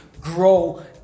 grow